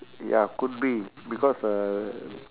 ya could be because uh